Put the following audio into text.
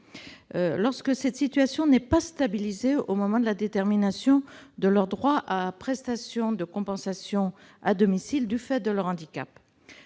lorsque celle-ci n'est pas stabilisée au moment de la détermination de leur droit à la prestation de compensation à domicile du fait de leur handicap.